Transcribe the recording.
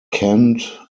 canned